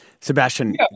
Sebastian